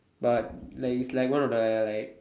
but like is like one of the other like